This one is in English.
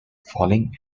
falling